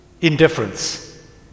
indifference